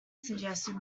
suggested